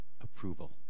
approval